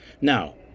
Now